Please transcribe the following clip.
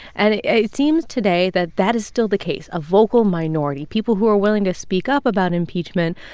and it it seems today that that is still the case a vocal minority, people who are willing to speak up about impeachment,